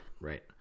right